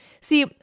See